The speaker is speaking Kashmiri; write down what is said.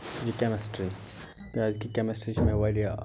یہِ کٮ۪مسٹرٛی کیٛازِ کہِ کٮ۪مسٹری چھِ مےٚ وارِیاہ